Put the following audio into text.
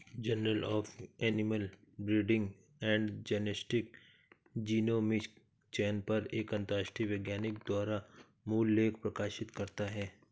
journal of animal breeding and genetics genomic चयन पर अंतरराष्ट्रीय वैज्ञानिकों द्वारा मूल लेख प्रकाशित करता है